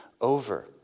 over